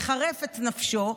יחרף את נפשו,